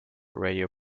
radio